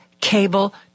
cable